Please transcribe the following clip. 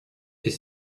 est